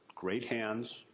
great hands,